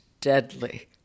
deadly